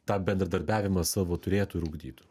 tą bendradarbiavimą savo turėtų ir ugdytų